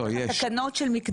יש לך תקנות של מקדמות,